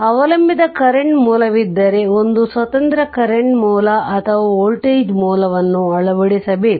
ಅವಲಂಬಿತ ಕರೆಂಟ್ ಮೂಲವಿದ್ದರೆ ಒಂದು ಸ್ವತಂತ್ರ ಕರೆಂಟ್ ಮೂಲ ಅಥವಾ ವೋಲ್ಟೇಜ್ ಮೂಲವನ್ನು ಅಳವಡಿಸಬೇಕು